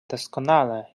doskonale